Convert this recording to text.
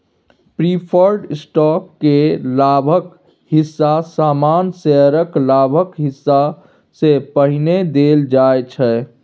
preferred stock केर लाभक हिस्सा सामान्य शेयरक लाभक हिस्सा सँ पहिने देल जाइ छै